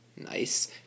Nice